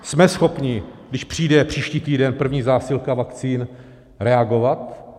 Jsme schopni, když přijde příští týden první zásilka vakcín, reagovat?